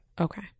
Okay